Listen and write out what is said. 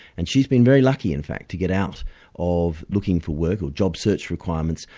and she's been very lucky in fact to get out of looking for work, or job search requirements.